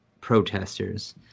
protesters